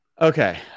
Okay